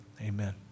Amen